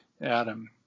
Adam